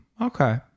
Okay